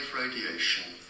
radiation